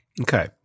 Okay